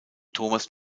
thomas